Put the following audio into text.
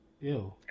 Ew